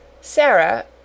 Sarah